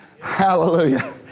Hallelujah